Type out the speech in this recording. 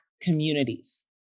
communities